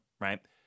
right